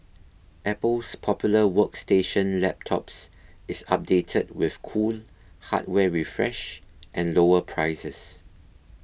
apple's popular workstation laptops is updated with cool hardware refresh and lower prices